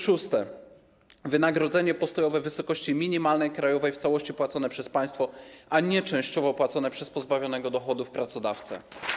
Szóste - wynagrodzenie postojowe w wysokości minimalnej krajowej w całości płacone przez państwo, a nie częściowo płacone przez pozbawionego dochodów pracodawcę.